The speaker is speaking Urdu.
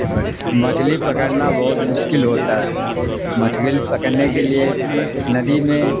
مچھلی پکڑنا بہت مشکل ہوتا ہے مچھلی پکڑنے کے لیے ندی میں